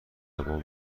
زبان